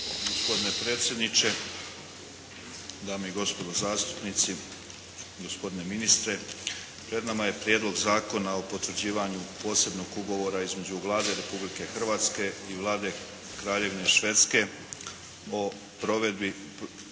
Gospodine predsjedniče, dame i gospodo zastupnici, gospodine ministre. Pred nama je Prijedlog zakona o potvrđivanju Posebnog ugovora između Vlade Republike Hrvatske i Vlade Kraljevine Švedske o provedbi